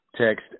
text